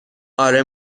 اره